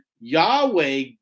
Yahweh